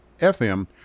FM